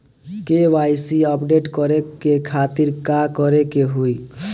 KYC update करे के खातिर का करे के होई?